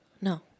No